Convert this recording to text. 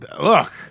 Look